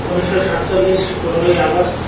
উনিশশো সাতচল্লিশ পনেরোই আগষ্ট